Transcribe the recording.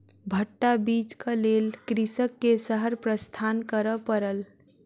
भट्टा बीजक लेल कृषक के शहर प्रस्थान करअ पड़ल